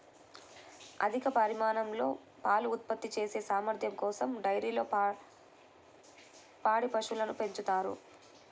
అధిక పరిమాణంలో పాలు ఉత్పత్తి చేసే సామర్థ్యం కోసం డైరీల్లో పాడి పశువులను పెంచుతారు